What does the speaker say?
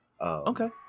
Okay